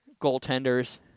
goaltenders